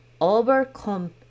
overcome